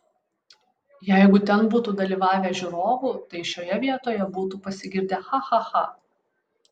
jeigu ten būtų dalyvavę žiūrovų tai šioje vietoje būtų pasigirdę cha cha cha